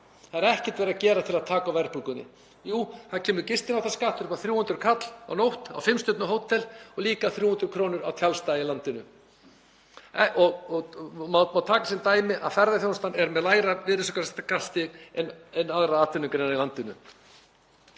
Það er ekkert verið að gera til að taka á verðbólgunni. Jú, það kemur gistináttaskattur upp á 300 kr. á nótt á fimm stjörnu hótel og líka 300 kr. á tjaldstæði í landinu. Má taka sem dæmi að ferðaþjónustan er með lægra virðisaukaskattsstig en aðrar atvinnugreinar í landinu.